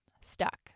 stuck